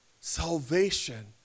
salvation